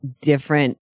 different